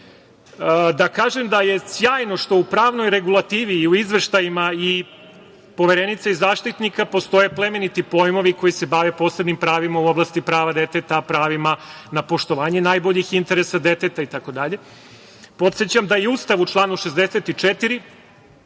kažem da je sjajno što u pravoj regulativi i u izveštajima i Poverenice i Zaštitnika postoje plemeniti pojmovi koji se bave posebnim pravima u oblasti prava deteta, pravima na poštovanje najboljih interesa deteta itd. Podsećam da je Ustav u članu 64.